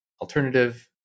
alternative